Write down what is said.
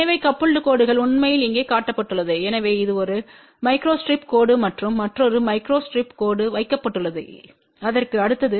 எனவே கபுல்டு கோடுகள் உண்மையில் இங்கே காட்டப்பட்டுள்ளது எனவே இது ஒரு மைக்ரோஸ்டிரிப் கோடு மற்றும் மற்றொரு மைக்ரோஸ்ட்ரிப் கோடு வைக்கப்பட்டுள்ளது அதற்கு அடுத்தது